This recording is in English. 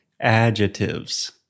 Adjectives